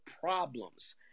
problems